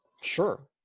Sure